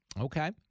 Okay